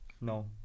no